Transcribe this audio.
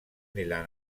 nella